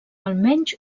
almenys